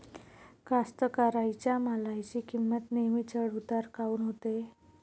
कास्तकाराइच्या मालाची किंमत नेहमी चढ उतार काऊन होते?